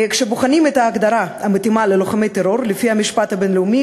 כשבוחנים את ההגדרה המתאימה ללוחמי טרור לפי המשפט הבין-לאומי,